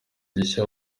gishya